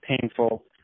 painful